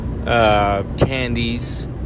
Candies